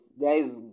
guys